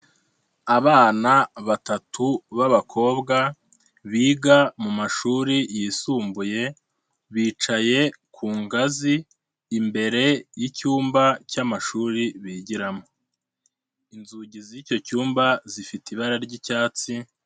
Abana batatu b'abakobwa biga mu mashuri yisumbuye, bicaye ku ngazi imbere y'icyumba cy'amashuri bigiramo. Inzugi z'icyo cyumba zifite ibara ry'icyatsi.